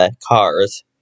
Cars